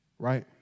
Right